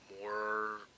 more